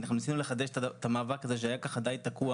אנחנו ניסינו לחדש את המאבק הזה, שהיה די תקוע